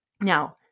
Now